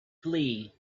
flee